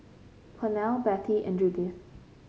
Pernell Betty and Judyth